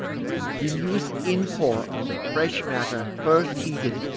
the continuous inpour of the fresh matter first heated,